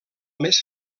més